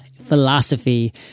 philosophy